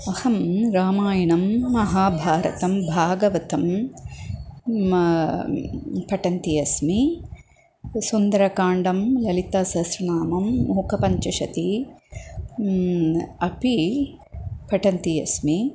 अहम् रामायणं महाभारतं भागवतं पठन्ती अस्मि सुन्दरकाण्डं ललितासहस्रनामं मुकपञ्चशती अपि पठन्ती अस्मि